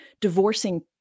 divorcing